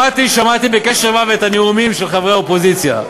אמרתי ששמעתי בקשב רב את הנאומים של חברי האופוזיציה,